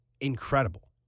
incredible